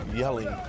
yelling